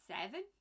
seven